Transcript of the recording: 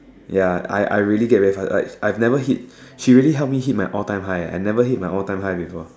ya I I really get very fast like I I've never hit she really help me hit my all time high ah I never hit my all time high before